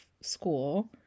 school